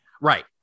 Right